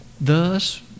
Thus